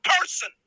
person